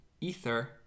ether